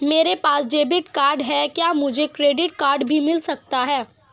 मेरे पास debit card है क्या मुझे क्रेडिट कार्ड भी मिल सकता है?